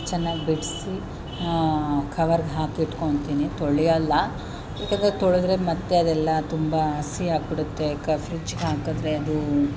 ಚೆನ್ನಾಗಿ ಬಿಡಿಸಿ ಕವರ್ಗೆ ಹಾಕಿ ಇಟ್ಕೊಳ್ತೀನಿ ತೊಳೆಯಲ್ಲ ಏಕೆಂದ್ರೆ ತೊಳೆದ್ರೆ ಮತ್ತೆ ಅದೆಲ್ಲ ತುಂಬ ಹಸಿ ಆಗಿಬಿಡುತ್ತೆ ಕ ಫ್ರಿಡ್ಜ್ಗೆ ಹಾಕಿದ್ರೆ ಅದೂ